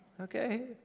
Okay